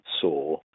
saw